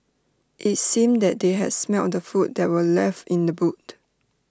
IT seemed that they had smelt the food that were left in the boot